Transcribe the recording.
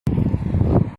ond